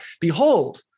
Behold